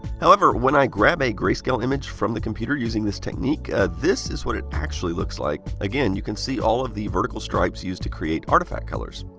however, when i grab a grayscale image from the computer using this technique, ah this is what it actually looks like. again, you can see all of the vertical stripes used to create artifact colors.